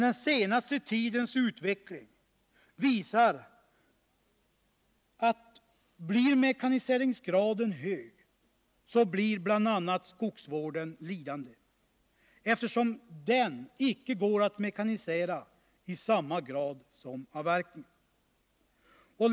Den senaste tidens utveckling visar ju att bl.a. skogsvården blir lidande av en hög mekaniseringsgrad, eftersom skogsvården icke går att mekanisera i samma utsträckning som avverkningen.